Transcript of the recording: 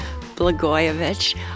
Blagojevich